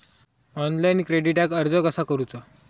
Online क्रेडिटाक अर्ज कसा करुचा?